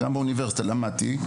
גם באוניברסיטה למדתי,